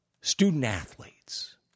student-athletes